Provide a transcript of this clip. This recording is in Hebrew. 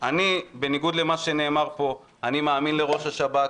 בניגוד למה שנאמר פה אני מאמין לראש השב"כ.